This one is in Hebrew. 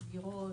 סגירות,